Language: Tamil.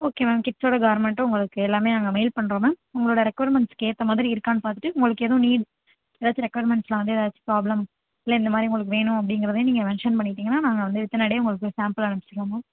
ஓகே மேம் கிட்ஸ்ஸோட கார்மெண்ட்டும் உங்களுக்கு எல்லாமே நாங்கள் மெயில் பண்ணுறோம் மேம் உங்களோட ரெக்கொயர்மெண்ட்ஸ் ஏற்ற மாதிரி இருக்கான்னு பார்த்துட்டு உங்களுக்கு எதுவும் நீட்ஸ் ஏதாச்சும் ரெக்கொயர்மெண்ட்ஸ்சில் ஏதாச்சும் ப்ராப்ளம் இல்லை இந்த மாதிரி உங்களுக்கு வேணும் அப்படிங்கிறதையும் நீங்கள் மென்ஷன் பண்ணிவிட்டிங்கனா நாங்கள் வந்து வித் இன் எ டே உங்களுக்கு சேம்புளை அமுச்சுடுவோம் மேம்